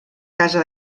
casa